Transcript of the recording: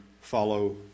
follow